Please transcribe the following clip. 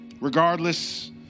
regardless